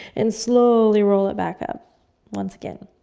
and slowly roll it back up once again.